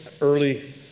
early